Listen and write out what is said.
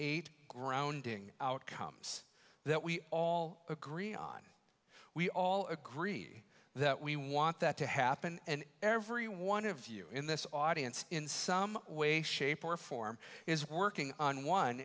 eight grounding outcomes that we all agree on we all agree that we want that to happen and every one of you in this audience in some way shape or form is working on one